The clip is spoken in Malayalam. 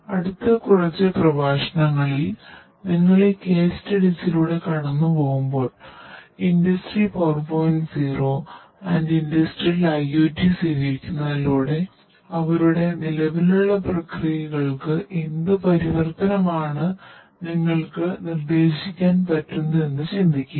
അതിനാൽ അടുത്ത കുറച്ച് പ്രഭാഷണങ്ങളിൽ നിങ്ങൾ ഈ കേസ് സ്റ്റഡികളിലൂടെ സ്വീകരിക്കുന്നതിലൂടെ അവരുടെ നിലവിലുള്ള പ്രക്രിയകൾക്ക് എന്ത് പരിവർത്തനമാണ് നിങ്ങൾക്ക് നിർദ്ദേശിക്കാൻ പറ്റുന്നതെന്നു ചിന്തിക്കുക